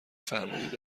فرمودید